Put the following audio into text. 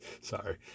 sorry